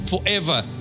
forever